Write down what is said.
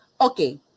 okay